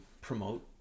promote